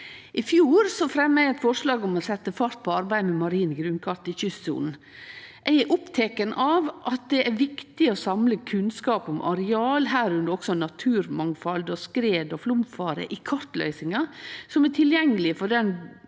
I fjor fremja eg eit forslag om å setje fart på arbeidet med marine grunnkart i kystsona. Eg er oppteken av at det er viktig å samle kunnskap om areal, medrekna naturmangfald og skred- og flaumfare, i kartløysingar som er tilgjengelege for den